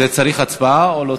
צריך הצבעה על זה?